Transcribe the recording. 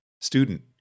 student